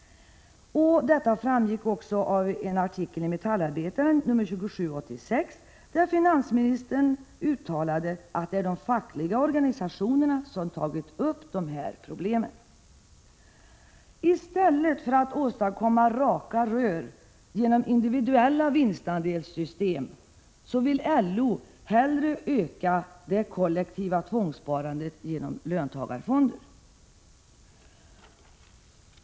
Detta framgick också av en artikel i Metallarbetaren nr 27 1986, där finansministern uttalade att det är de fackliga organisationerna som har tagit upp dessa problem. I stället för att åstadkomma raka rör genom individuella vinstandelssystem vill LO hellre öka det kollektiva tvångssparandet i löntagarfonder.